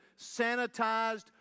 sanitized